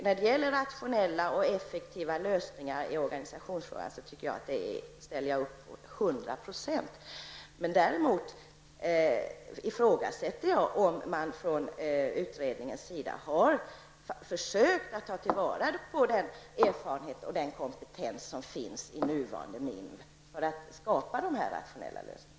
När det gäller rationella och effektiva lösningar i organisationsfrågan ställer jag upp till 100 %. Jag ifrågasätter däremot om man från utredningens sida har försökt att ta till vara den erfarenhet och den kompetens som finns i nuvarande MINV för att skapa dessa rationella lösningar.